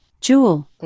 Jewel